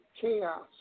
chaos